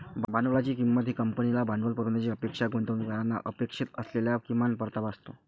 भांडवलाची किंमत ही कंपनीला भांडवल पुरवण्याची अपेक्षा गुंतवणूकदारांना अपेक्षित असलेला किमान परतावा असतो